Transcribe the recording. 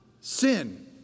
Sin